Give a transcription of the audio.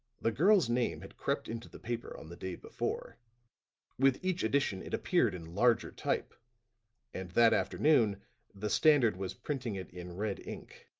the girl's name had crept into the paper on the day before with each edition it appeared in larger type and that afternoon the standard was printing it in red ink.